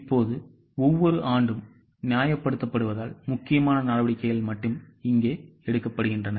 இப்போது ஒவ்வொரு ஆண்டும் நியாயப்படுத்தப்படுவதால் முக்கியமான நடவடிக்கைகள் மட்டுமே எடுக்கப்படுகின்றன